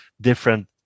different